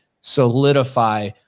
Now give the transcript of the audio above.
solidify